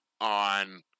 on